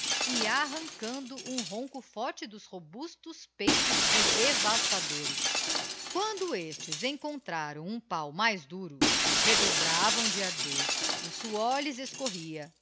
e arrancando um ronco forte dos robustos peitos dos devastadores quando estes encontravam um páo mais duro redobravam de ardor o suor lhes escorria